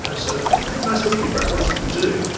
you know so, hey, nice to meet you, brett. what is it you do?